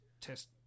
test